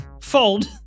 fold